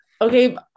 Okay